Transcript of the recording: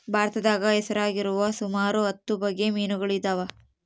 ಭಾರತದಾಗ ಹೆಸರಾಗಿರುವ ಸುಮಾರು ಹತ್ತು ಬಗೆ ಮೀನುಗಳಿದವ